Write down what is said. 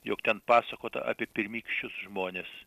jog ten pasakota apie pirmykščius žmones